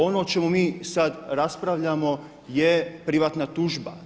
Ono o čemu mi sada raspravljamo je privatna tužba.